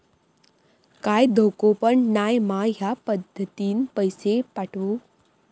काय धोको पन नाय मा ह्या पद्धतीनं पैसे पाठउक?